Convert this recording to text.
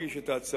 להגיש את ההצעה.